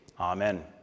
Amen